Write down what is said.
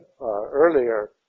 earlier